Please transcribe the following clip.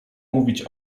mówić